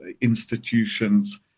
institutions